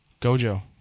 Gojo